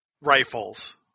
rifles